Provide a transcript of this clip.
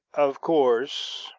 of course,